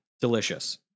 Delicious